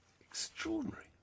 extraordinary